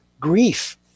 grief